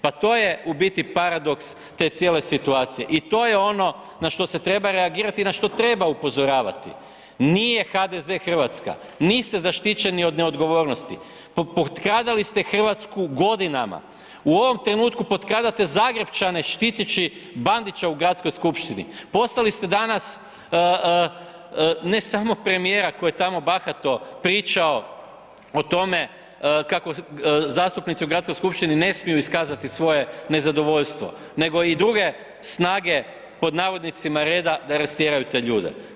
Pa to je u biti paradoks te cijele situacije i to je ono na što se treba reagirati i na što treba upozoravati, nije HDZ Hrvatska, niste zaštićeni od neodgovornosti, potkradali ste Hrvatsku godinama, u ovom trenutku potkradate Zagrepčane štiteći Bandića u Gradskoj skupštini, poslali ste danas ne samo premijera koji je tamo bahato pričao o tome kako zastupnici u Gradskoj skupštini ne smiju iskazati svoje nezadovoljstvo nego i druge „snage reda“ da rastjeraju te ljude.